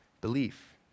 belief